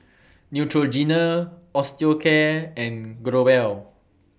Neutrogena Osteocare and Growell